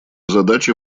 задачи